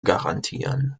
garantieren